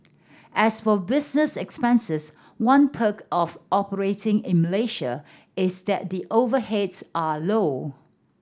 as for business expenses one perk of operating in Malaysia is that the overheads are low